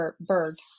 bird